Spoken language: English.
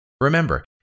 Remember